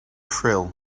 thrill